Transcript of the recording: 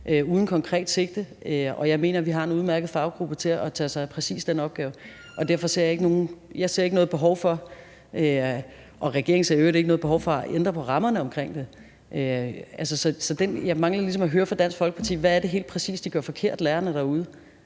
noget konkret sigte. Jeg mener, at vi har en udmærket faggruppe til at tage sig af præcis den opgave. Jeg og i øvrigt regeringen ser ikke noget behov for at ændre på rammerne omkring det. Jeg mangler ligesom at høre fra Dansk Folkeparti, hvad det helt præcis er, lærerne derude